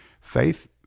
Faith